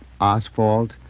asphalt